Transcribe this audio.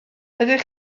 ydych